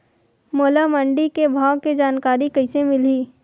मोला मंडी के भाव के जानकारी कइसे मिलही?